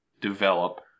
develop